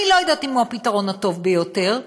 אני לא יודעת אם הוא הפתרון הטוב ביותר,